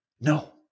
No